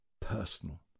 personal